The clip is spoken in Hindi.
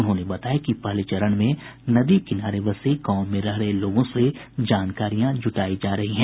उन्होंने बताया कि पहले चरण में नदी किनारे बसे गांवों में रह रहे लोगों से जानकारियां जुटायी जा रही हैं